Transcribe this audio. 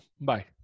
Bye